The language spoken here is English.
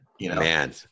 Man